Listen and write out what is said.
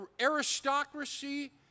aristocracy